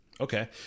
Okay